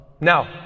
Now